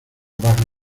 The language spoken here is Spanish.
baja